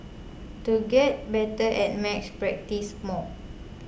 to get better at maths practise more